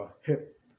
hip